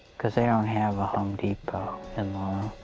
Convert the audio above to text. cause they ah don't have a home depot in laurel.